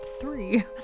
three